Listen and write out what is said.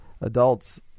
adults